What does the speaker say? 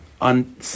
on